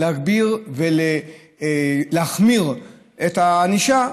להגביר ולהחמיר את הענישה,